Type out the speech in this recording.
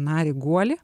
narį guolį